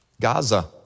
Gaza